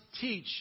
teach